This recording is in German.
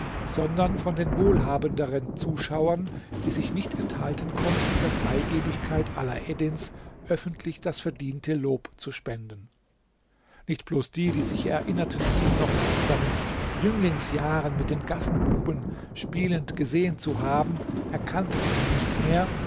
sondern von den wohlhabenderen zuschauern die sich nicht enthalten konnten der freigebigkeit alaeddins öffentlich das verdiente lob zu spenden nicht bloß die die sich erinnerten ihn noch in seinen jünglingsjahren mit den gassenbuben spielend gesehen zu haben erkannten ihn nicht mehr